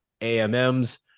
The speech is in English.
AMMs